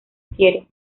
quiere